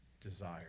desire